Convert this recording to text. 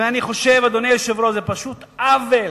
אני חושב, אדוני היושב-ראש, זה פשוט עוול.